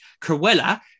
Cruella